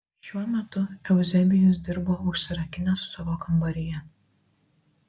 šiuo metu euzebijus dirbo užsirakinęs savo kambaryje